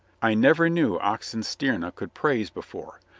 i never knew oxenstierna could praise before.